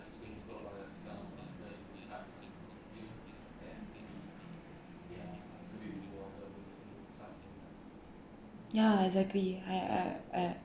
ya exactly I I I